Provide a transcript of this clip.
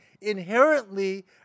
inherently